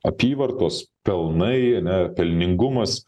apyvartos pelnai ane pelningumas